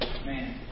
Man